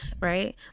right